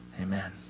Amen